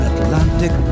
Atlantic